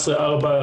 11(4)